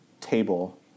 table